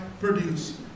produce